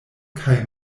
kaj